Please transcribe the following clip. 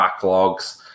backlogs